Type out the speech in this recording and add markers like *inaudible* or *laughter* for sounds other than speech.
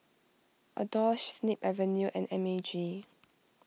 Adore *unintelligible* Snip Avenue and M A G